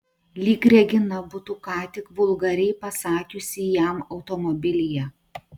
lyg regina būtų ką tik vulgariai pasakiusi jam automobilyje